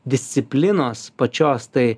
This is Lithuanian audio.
disciplinos pačios tai